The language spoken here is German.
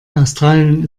australien